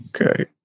okay